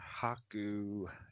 Haku